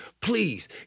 Please